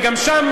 וגם שם,